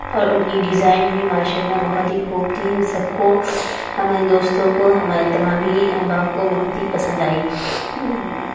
اور ان کی ڈیزائن بھی ماشاء اللہ بہت ہی خوب تھی سب کو ہمارے دوستوں کو ہمارے تمام ہی احباب کو بہت ہی پسند آئی